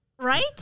right